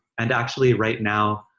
and actually, right now,